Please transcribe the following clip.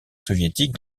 soviétique